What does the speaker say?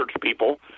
people